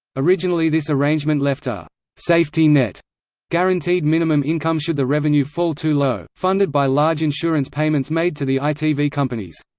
originally this arrangement left a safety net guaranteed minimum income should the revenue fall too low, funded by large insurance payments made to the itv companies.